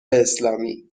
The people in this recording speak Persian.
اسلامی